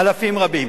אלפים רבים.